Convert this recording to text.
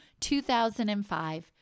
2005